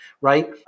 Right